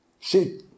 See